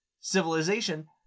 civilization